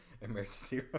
emergency